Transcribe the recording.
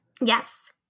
Yes